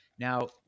Now